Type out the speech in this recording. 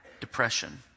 depression